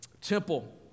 Temple